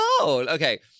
Okay